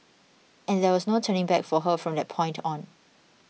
and there was no turning back for her from that point on